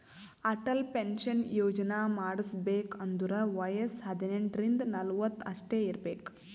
Atal pension Yojana ಮಾಡುಸ್ಬೇಕ್ ಅಂದುರ್ ವಯಸ್ಸ ಹದಿನೆಂಟ ರಿಂದ ನಲ್ವತ್ ಅಷ್ಟೇ ಇರ್ಬೇಕ್